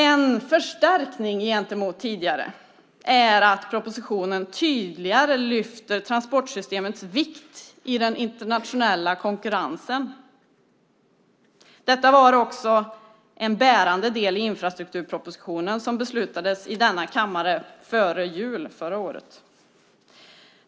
En förstärkning gentemot tidigare är att propositionen tydligare lyfter fram transportsystemets vikt i den internationella konkurrensen. Detta var också en bärande del i infrastrukturpropositionen som beslutades om i denna kammare före jul förra året.